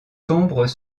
sombres